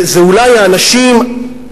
זה אולי האנשים,